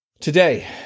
today